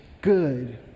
good